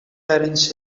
terence